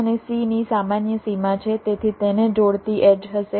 A અને C ની સામાન્ય સીમા છે તેથી તેને જોડતી એડ્જ હશે